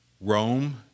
Rome